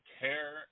care